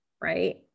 right